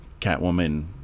Catwoman